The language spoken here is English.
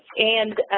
and,